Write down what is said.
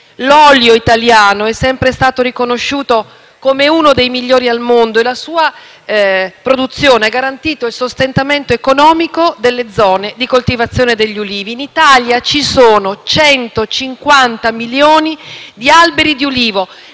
l'olio italiano è sempre stato riconosciuto come uno dei migliori al mondo e la sua produzione ha garantito il sostentamento economico delle zone di coltivazione degli ulivi. In Italia ci sono 150 milioni di alberi di ulivo;